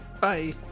Bye